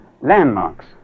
landmarks